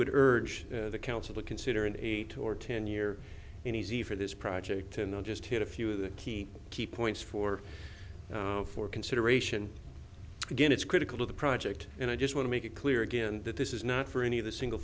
would urge the council to consider an eight or ten year in easy for this project and i'll just hit a few of the key key points for for consideration again it's critical to the project and i just want to make it clear again that this is not for any of the single